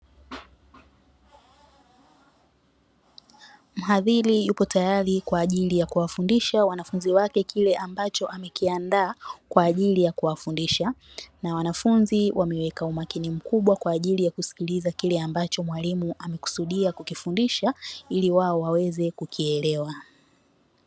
Mhadhiri yupo teyari kwa ajili ya kuwa fundisha wanafunzi wake kile ambacho amekiandaa kwa ajili ya kuwafundisha na wanafunzi, wameweka umakini mkubwa kwa kusikiliza kile ambacho amekusudia kukifundisha ili wao waweze kuelewa.